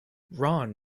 ron